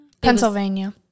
Pennsylvania